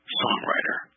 songwriter